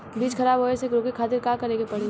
बीज खराब होए से रोके खातिर का करे के पड़ी?